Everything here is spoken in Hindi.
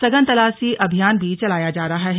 सघन तलाशी अभियान भी चलाया जा रहा है